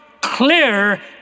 clear